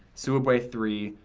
sooubway three,